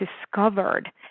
discovered